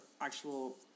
actual